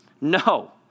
No